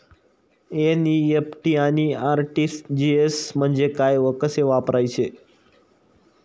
NEFT आणि RTGS म्हणजे काय व कसे वापरायचे?